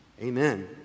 Amen